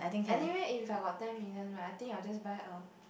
anyway if I got ten million right I think I'll just buy a